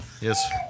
Yes